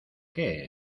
qué